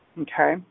okay